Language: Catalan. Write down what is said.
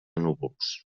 núvols